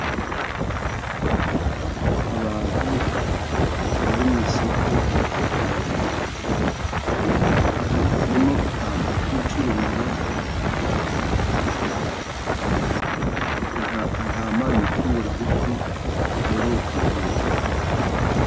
Abantu bari mu isoko harimo intama ziri gucuruzwa. Intama ni itungo rigufi ryororoka vuba.